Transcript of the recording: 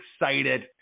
excited